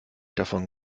davon